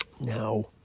Now